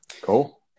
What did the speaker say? cool